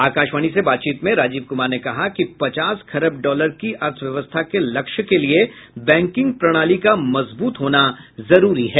आकाशवाणी से बातचीत में राजीव कूमार ने कहा कि पचास खरब डॉलर की अर्थव्यवस्था के लक्ष्य के लिए बैंकिंग प्रणाली का मजबूत होना जरूरी है